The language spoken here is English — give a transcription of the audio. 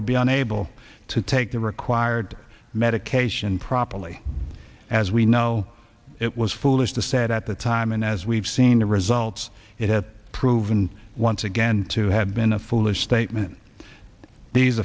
would be unable to take the required medication properly as we know it was foolish to said at the time and as we've seen the results it has proven once again to have been a foolish statement these